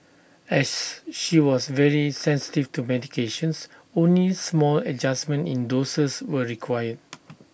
as she was very sensitive to medications only small adjustments in doses were required